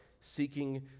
seeking